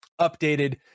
updated